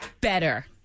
Better